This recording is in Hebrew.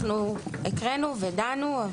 הקראנו ודנו.